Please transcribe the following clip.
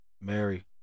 Mary